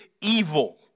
evil